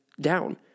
down